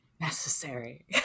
necessary